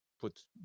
put